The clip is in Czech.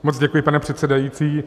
Moc děkuji, pane předsedající.